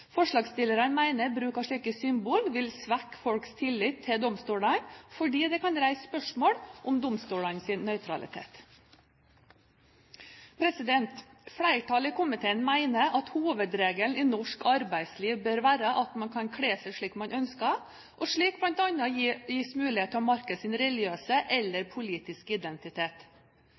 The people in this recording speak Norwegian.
Forslagsstillerne mener bruk av slike symboler vil svekke folks tillit til domstolene fordi det kan reise spørsmål om domstolenes nøytralitet. Flertallet i komiteen mener at hovedregelen i norsk arbeidsliv bør være at man kan kle seg slik man ønsker, og slik bl.a. gis mulighet til å markere sin religiøse eller politiske identitet.